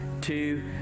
two